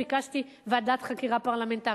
ביקשתי ועדת חקירה פרלמנטרית.